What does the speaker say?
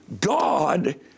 God